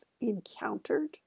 encountered